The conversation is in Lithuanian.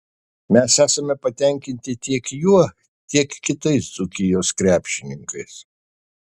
mes esame patenkinti tiek juo tiek kitais dzūkijos krepšininkais